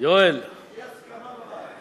אולי פשוט תגיד, אדוני סגן השר, יואל,